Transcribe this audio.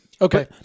Okay